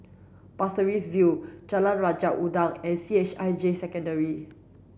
Pasir Ris View Jalan Raja Udang and C H I J Secondary